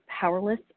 powerless